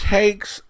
takes